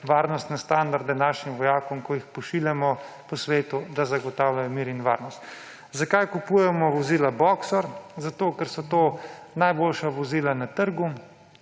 varnostne standarde našim vojakom, ko jih pošiljamo po svetu, da zagotavljajo mir in varnost. Zakaj kupujemo vozila Boxer? Zato ker so to najboljša vozila na trgu.